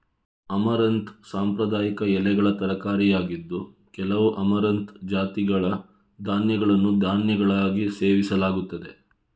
amaranth ಸಾಂಪ್ರದಾಯಿಕ ಎಲೆಗಳ ತರಕಾರಿಯಾಗಿದ್ದು, ಕೆಲವು ಅಮರಂಥ್ ಜಾತಿಗಳ ಧಾನ್ಯಗಳನ್ನು ಧಾನ್ಯಗಳಾಗಿ ಸೇವಿಸಲಾಗುತ್ತದೆ